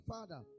Father